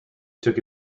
took